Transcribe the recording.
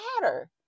matter